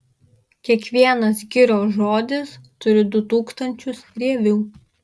kiekvienas girios žodis turi du tūkstančius rievių